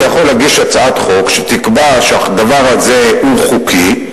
אתה יכול להגיש הצעת חוק שתקבע שהדבר הזה הוא חוקי,